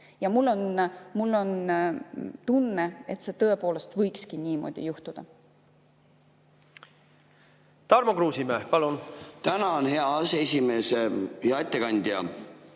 Ja mul on tunne, et see tõepoolest võibki niimoodi juhtuda. Tarmo Kruusimäe, palun! Tänan, hea aseesimees! Hea ettekandja!